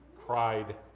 cried